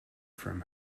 from